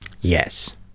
yes